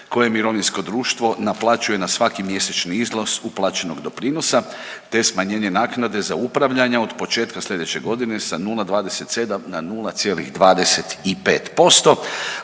koje mirovinsko društvo naplaćuje na svaki mjesečni iznos uplaćenog doprinosa, te smanjenje naknade za upravljanje od početka sljedeće godine sa 0,27 na 0,25%,